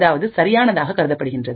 அதாவது சரியானதாக கருதப்படுகின்றது